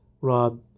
Rob